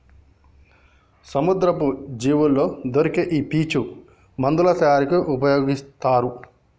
సముద్రపు జీవుల్లో దొరికే ఈ పీచు మందుల తయారీకి ఉపయొగితారు